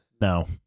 No